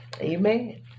Amen